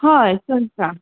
हय चलता